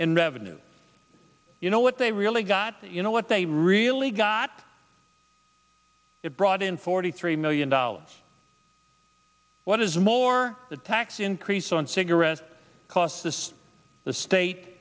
in revenue you know what they really got you know what they really got brought in forty three million dollars what is more the tax increase on cigarettes cost this the state